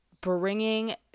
bringing